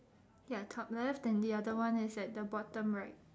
ya top left then the other one is at the bottom right